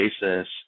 basis